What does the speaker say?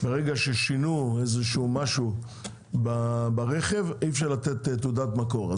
ברגע ששינו משהו ברכב, אי אפשר לתת תעודת מקור.